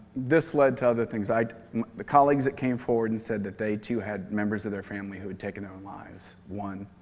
this led to other things. the colleagues that came forward and said that they, too, had members of their family who had taken their lives. one,